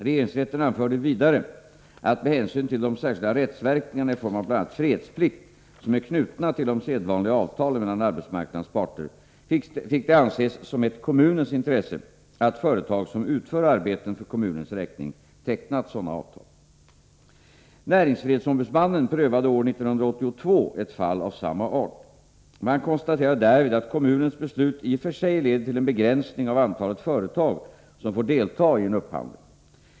Regeringsrätten anförde vidare att, med hänsyn till de särskilda rättsverkningar i form av bl.a. fredsplikt som är knutna till de sedvanliga avtalen mellan arbetsmarknadens parter, fick det anses som ett kommunens intresse att företag som utför arbeten för kommunens räkning tecknat sådana avtal. Näringsfrihetsombudsmannen prövade år 1982 ett fall av samma art. Man konstaterade därvid att kommunens beslut i och för sig leder till en begränsning av antalet företag som får delta i en upphandling.